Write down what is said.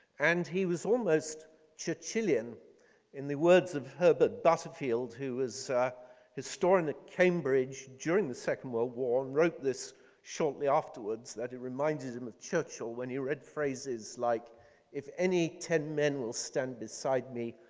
and he was almost churchillian in the words of herbert butterfield who was a historian at cambridge during the second world war and wrote this shortly afterwards that he reminded um of churchill when he read phrases like if any ten men will stand beside me,